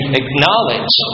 acknowledge